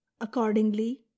Accordingly